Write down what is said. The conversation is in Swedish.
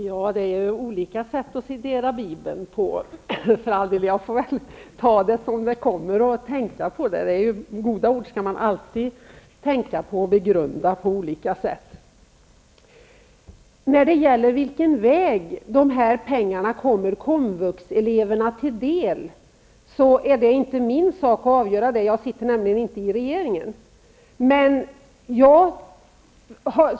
Herr talman! Det finns olika sätt att citera Bibeln. För all del, jag får väl ta det som det kommer och tänka på det. Goda ord skall man alltid tänka på och begrunda på olika sätt. Det är inte min sak att avgöra på vilken väg dessa pengar kommer komvuxeleverna till del. Jag sitter nämligen inte i regeringen.